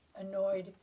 annoyed